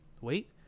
Wait